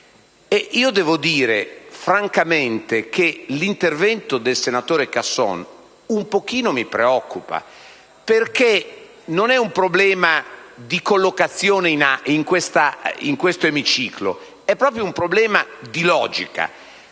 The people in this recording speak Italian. devo dire francamente che l'intervento del senatore Casson un pochino mi preoccupa, perché non c'è un problema di collocazione in questo emiciclo, ma c'è proprio un problema di logica.